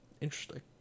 Interesting